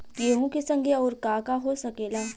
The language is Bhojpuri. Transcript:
गेहूँ के संगे आऊर का का हो सकेला?